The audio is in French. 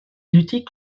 luttaient